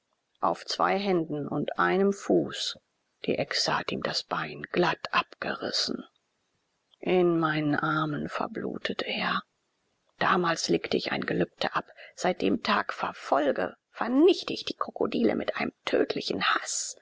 auf zwei händen und einem fuß die echse hat ihm das bein glatt abgerissen in meinen armen verblutete er damals legte ich ein gelübde ab seit dem tage verfolge vernichte ich die krokodile mit einem tödlichen haß